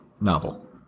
novel